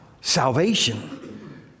Salvation